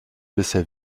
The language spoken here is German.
bisher